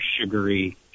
sugary